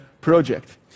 project